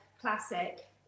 classic